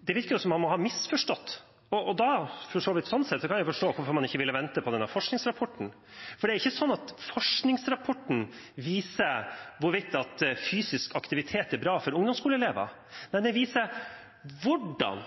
Det virker som om han har misforstått. Og da kan jeg for så vidt forstå hvorfor man ikke ville vente på denne forskningsrapporten. Det er ikke slik at forskningsrapporten viser hvorvidt fysisk aktivitet er bra for ungdomsskoleelever eller ikke, men den viser hvordan